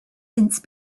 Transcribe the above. since